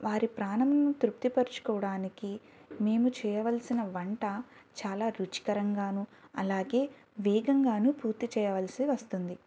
వారి ప్రాణంను తృప్తి పరచుకోవడానికి మేము చేయవలసిన వంట చాలా రుచికరంగాను అలాగే వేగంగాను పూర్తి చేయవలసి వస్తుంది